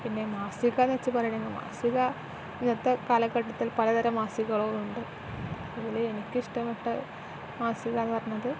പിന്നെ മാസിക എന്നു വച്ചു പറയുകയാണെങ്കിൽ മാസിക ഇന്നത്തെ കാലഘട്ടത്തിൽ പലതരം മാസികകളും ഉണ്ട് അതിൽ എനിക്ക് ഇഷ്ടപ്പെട്ട മാസിക എന്ന് പറഞ്ഞത്